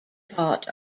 part